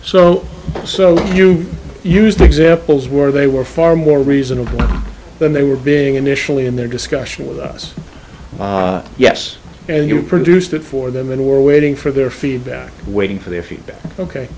so so you used examples where they were far more reasonable than they were being initially in their discussion with us yes and you produced it for them and were waiting for their feedback waiting for their fee